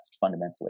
fundamentally